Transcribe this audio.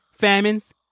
famines